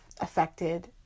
affected